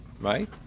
Right